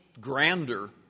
grander